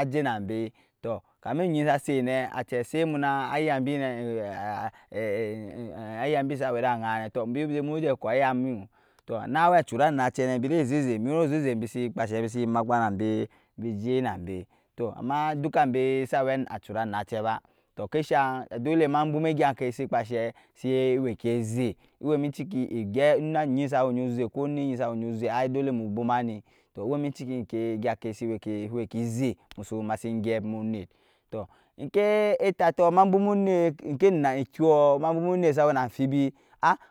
Ajɛ nambɛ tɔɔ kami enyi sa sɛt nɛ kaca sɛt muna ayambi ayambi sa wɛi dagan tɔɔ mbɛmbɛ mujɛ koɔ ayamu tɔɔ nu wɛi ajura nacɛ nɛ bini bisi kpashɛ bisi makpa na ambɛ bɛ jɛ nambɛ tɔɔ ama dukambɛ sa wɛi cura anacɛ ba tɔɔ kai shang ma bwuma egyan kɛ sai wɛi kizɛ wai mai ciki na enyi kɔɔ onɛt enyi sa wɛi enyi zɛ a dɔiɛ mu bwuma ni tɔɔ wɛmi cikin kɛ enyang kɛ wɛi ki zɛ masi gɛp mɛ nɛt tɔɔ entɛ etatɔɔ ma bwumu onɛt ena enkyɔ ma bwuma onɛt sa wɛ na fibi